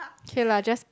K lah just